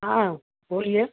हाँ बोलिए